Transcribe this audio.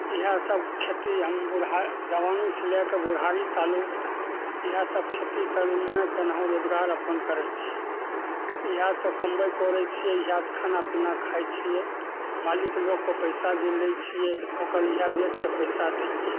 इहए सब खेती हम बुढ़ा जबानी से लएके बुढ़ारी तालुक इहए सब खेती करैमे केनाहु रोजगार अपन करैत छियै इहएसब कमबै करैट छियै इहएसँ खानापीना खाइत छियै मालिक लोगको पैसा जे लै छियै ओकर इहए बेचके पैसा दै छियै